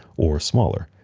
or smaller.